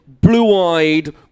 blue-eyed